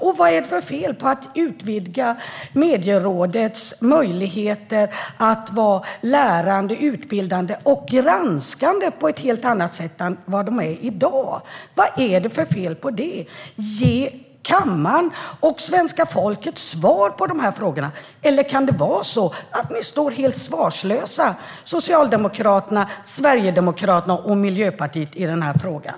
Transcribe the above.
Och vad är det för fel på att utvidga Medierådets möjligheter att vara lärande, utbildande och granskande på ett helt annat sätt än i dag? Vad är det för fel på det? Ge kammaren och svenska folket svar på de här frågorna! Eller kan det vara så att ni i Socialdemokraterna, Sverigedemokraterna och Miljöpartiet står helt svarslösa i den här frågan?